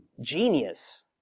genius